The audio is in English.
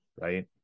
Right